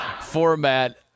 format